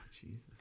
Jesus